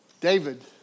David